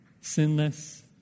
Sinless